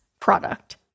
product